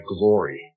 glory